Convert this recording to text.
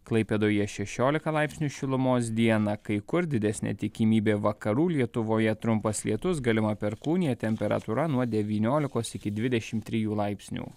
klaipėdoje šešiolika laipsnių šilumos dieną kai kur didesnė tikimybė vakarų lietuvoje trumpas lietus galima perkūnija temperatūra nuo devyniolikos iki dvidešimt trijų laipsnių